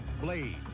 Blade